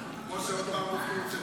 ואנשים, וביניהם בקי קשת וארגון פתחון לב.